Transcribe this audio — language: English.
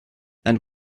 and